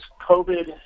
COVID